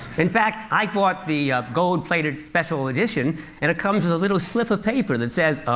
in fact, i bought the gold-plated special edition and it comes with a little slip of paper that says,